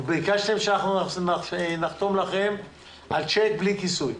אתם מבקשים שנחתום לכם על צ'ק בלי כיסוי.